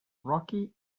rocky